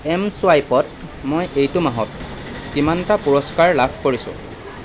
M চোৱাইপত মই এইটো মাহত কিমানটা পুৰস্কাৰ লাভ কৰিছোঁ